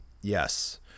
Yes